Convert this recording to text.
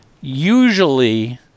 usually